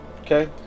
okay